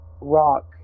rock